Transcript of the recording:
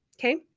okay